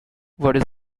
what